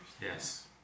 Yes